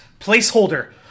Placeholder